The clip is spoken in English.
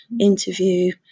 interview